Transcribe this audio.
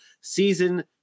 season